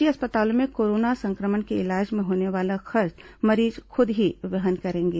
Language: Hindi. निजी अस्पतालों में कोरोना संक्रमण के इलाज में होने वाला खर्च मरीज को खुदं ही वहन करना होगा